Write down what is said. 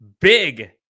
Big